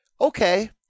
Okay